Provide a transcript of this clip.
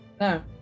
No